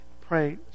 pray